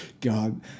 God